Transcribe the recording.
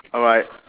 alright